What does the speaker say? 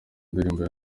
ndirimbo